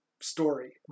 story